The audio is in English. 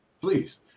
please